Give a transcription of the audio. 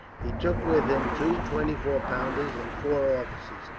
he took with him two twenty-four pounders, and four officers,